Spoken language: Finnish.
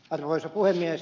arvoisa puhemies